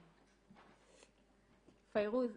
פיירוז,